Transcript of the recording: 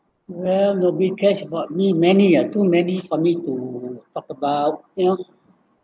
where nobody cares about me many ah too many for me to talk about you know